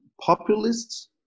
populists